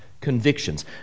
convictions